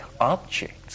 objects